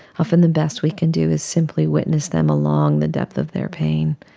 often the best we can do is simply witness them along the depth of their pain.